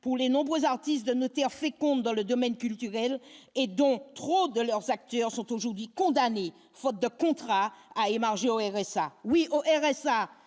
pour les nombreux artistes de notaire féconde dans le domaine culturel et donc trop de leurs acteurs sont aujourd'hui condamnés faute de contrat à émarger au RSA oui au RSA